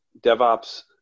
DevOps